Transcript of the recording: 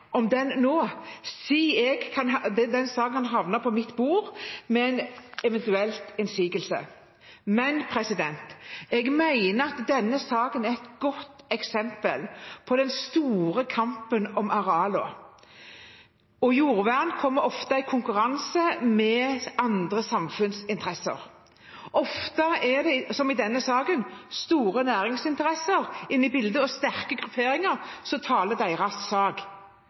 om den nå siden den kan havne på mitt bord ved en eventuell innsigelse. Jeg mener at denne saken er et godt eksempel på den store kampen om arealene, og at jordvern ofte kommer i konkurranse med andre samfunnsinteresser. Ofte er det, som i denne saken, store næringsinteresser inne i bildet og sterke grupperinger som taler deres sak. Heldigvis er det også mange som taler jordvernets sak,